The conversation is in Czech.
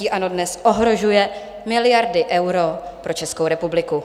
Hnutí ANO dnes ohrožuje miliardy eur pro Českou republiku.